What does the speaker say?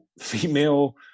female